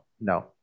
no